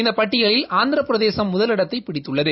இந்த பட்டியலில் ஆந்திர பிரதேசம் முதலிடத்தை பிடித்துள்ளது